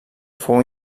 fou